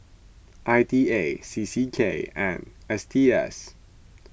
I D A C C K and S T S